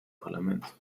parlaments